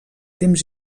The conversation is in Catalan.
temps